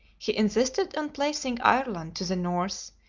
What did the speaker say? he insisted on placing ireland to the north,